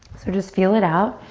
so just feel it out.